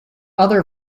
other